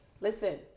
Listen